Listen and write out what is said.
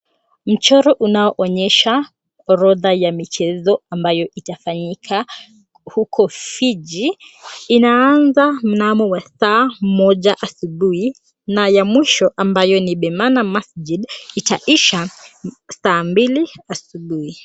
Mchoro unaonyesha orodha ya michezo ambayo itafanyika huko Fiji. Inaanza mnamo wa saa moja asubuhi na ya mwisho amayo ni Bimana Rasjib itaisha saa mbili asubuhi.